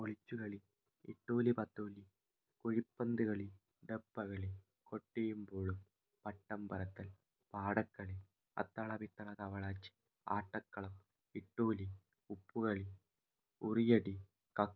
ഒളിച്ചുകളി ഇട്ടൂലി പത്തൂലി കുഴിപ്പന്ത് കളി ഡപ്പക്കളി കൊട്ടിയും ബോളും പട്ടംപറത്തൽ പാടക്കളി അത്തള പിത്തള തവളാച്ചി ആട്ടക്കളം ഇട്ടൂലി ഉപ്പ് കളി ഉറിയടി കക്ക്